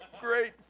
great